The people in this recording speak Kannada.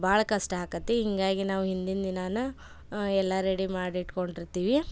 ಭಾಳ ಕಷ್ಟ ಆಕತ್ತಿ ಹೀಗಾಗಿ ನಾವು ಹಿಂದಿನ ದಿನಾನೆ ಎಲ್ಲ ರೆಡಿ ಮಾಡಿ ಇಟ್ಟುಕೊಂಡಿರ್ತೀವಿ